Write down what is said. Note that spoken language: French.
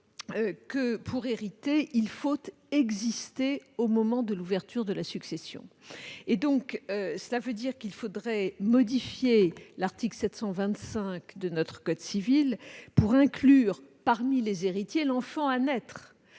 pour hériter, il faut exister au moment de l'ouverture de la succession. Il faudrait donc modifier l'article 725 dudit code pour inclure, parmi les héritiers, l'enfant à naître,